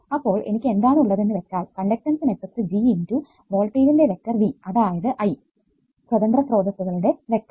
അപ്പോൾ എനിക്ക് എന്താണ് ഉള്ളതെന്ന് വച്ചാൽ കണ്ടക്ടൻസ് മെട്രിക്സ് G × വോൾട്ടേജിന്റെ വെക്റ്റർ V അതായതു I സ്വതന്ത്ര സ്രോതസ്സുകളുടെ വെക്റ്റർ